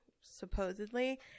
supposedly